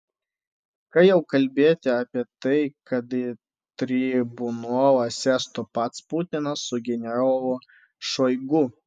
ką jau kalbėti apie tai kad į tribunolą sėstų pats putinas su generolu šoigu